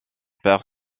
père